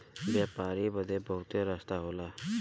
व्यापारी बदे बहुते रस्ता होला